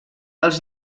els